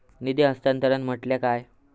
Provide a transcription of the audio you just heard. निधी हस्तांतरण म्हटल्या काय?